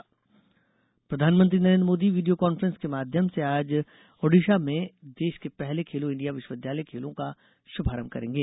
खेलो India विश्वविद्यालय प्रधानमंत्री Narendra Modi video conference के माध्याम से आज ओडिशा में देश के पहले खेलो इंडिया विश्ववविद्यालय खेलों का श्भारंभ करेंगे